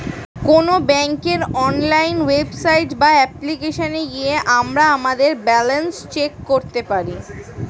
কোনো ব্যাঙ্কের online website বা অ্যাপ্লিকেশনে গিয়ে আমরা আমাদের ব্যালেন্স চেক করতে পারি